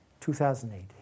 2008